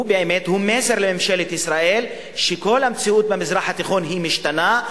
הוא באמת מסר לממשלת ישראל שכל המציאות במזרח התיכון משתנה.